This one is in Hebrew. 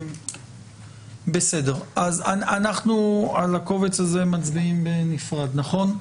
אז אנחנו, על הקובץ הזה מצביעים בנפרד, נכון?